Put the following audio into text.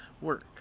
work